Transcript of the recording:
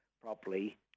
properly